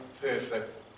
perfect